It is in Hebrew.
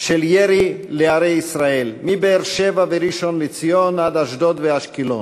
של ירי לערי ישראל: מבאר-שבע וראשון-לציון עד אשדוד ואשקלון,